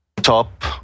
top